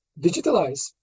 digitalize